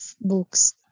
books